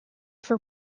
from